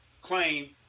claim